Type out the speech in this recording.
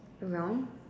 around